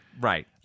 Right